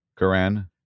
Quran